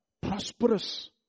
Prosperous